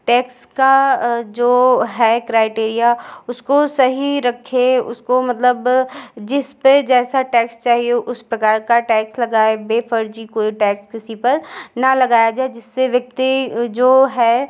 tax का जो है क्राईटेरिया उसको सही रखे उसको मतलब जिस पर जैसा टैक्स चाहिए उस प्रकार का टैक्स लगाए बे फर्ज़ी कोई टैक्स किसी पर ना लगाया जाए जिससे व्यक्ति जो है